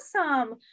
Awesome